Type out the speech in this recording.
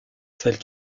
celle